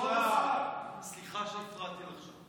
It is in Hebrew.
סליחה שהפרעתי לכם.